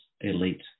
elite